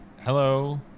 Hello